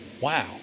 wow